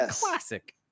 Classic